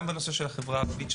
גם בנושא החברה הערבית,